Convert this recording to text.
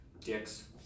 Dicks